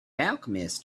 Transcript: alchemist